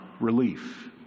relief